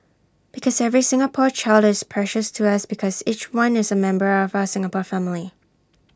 because every Singapore child is precious to us because each one is A member of our Singapore family